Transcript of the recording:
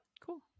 Cool